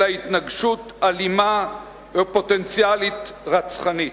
אלא התנגדות אלימה ופוטנציאלית רצחנית.